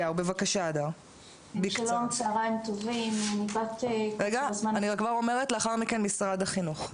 שלום, צהריים טובים, מפאת קוצר הזמן,